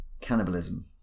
cannibalism